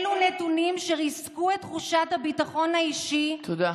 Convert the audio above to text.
אלה נתונים שריסקו את תחושת הביטחון האישי, תודה.